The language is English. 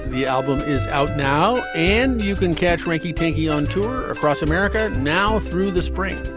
the album is out now and you can catch frankie tinky on tour across america now through the spring.